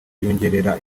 byongerera